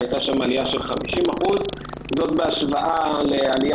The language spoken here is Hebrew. שהייתה שם עלייה של 50%. זאת בהשוואה לעלייה